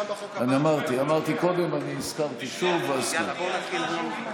חוק-יסוד: משק המדינה (תיקון מס' 11 והוראת שעה לשנת 2021),